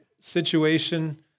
situation